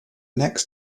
next